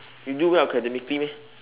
you do well academically meh